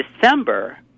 December